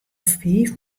fiif